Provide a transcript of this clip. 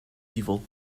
evil